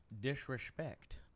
disrespect